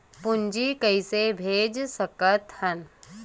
पूंजी कइसे भेज सकत हन?